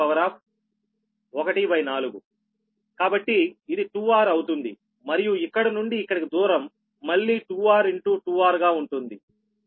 r14 కాబట్టి ఇది 2 r అవుతుంది మరియు ఇక్కడ నుండి ఇక్కడికి దూరం మళ్ళీ 2 r ఇంటూ 2 r గా ఉంటుంది